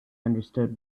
understood